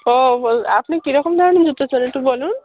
ও বল আপনি কীরকম ধরনের জুতো চান একটু বলুন